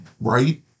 right